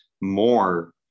more